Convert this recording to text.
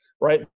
right